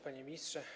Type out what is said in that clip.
Panie Ministrze!